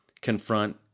confront